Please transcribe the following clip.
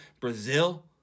Brazil